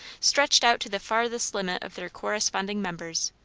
stretched out to the farthest limit of their corresponding members,